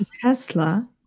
tesla